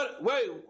wait